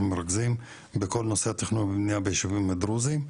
מרכזים בכל נושא תכנון ובנייה בישובים הדרוזים,